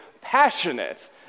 passionate